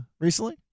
recently